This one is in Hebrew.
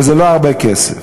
וזה לא הרבה כסף.